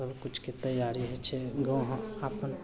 सबकिछुके तैआरी होइ छै गाम अपन